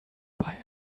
bei